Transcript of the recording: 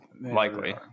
likely